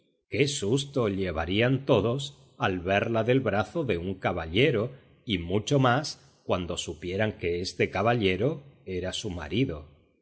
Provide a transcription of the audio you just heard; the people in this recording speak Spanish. qué susto llevarían todos al verla del brazo de un caballero y mucho más cuando supieran que este caballero era su marido